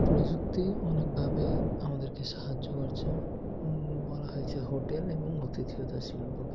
প্রযুক্তি অনেকভাবে আমাদেরকে সাহায্য করছে বলা হয় যে হোটেল এবং আতিথেয়তা শিল্পকে